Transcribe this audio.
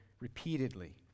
repeatedly